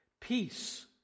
Peace